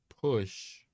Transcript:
push